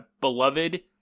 beloved